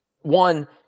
one